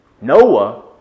Noah